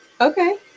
Okay